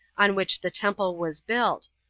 on which the temple was built,